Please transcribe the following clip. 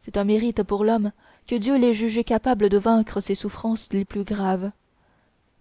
c'est un mérite pour l'homme que dieu l'ait jugé capable de vaincre ses souffrances les plus graves